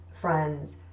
friends